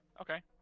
Okay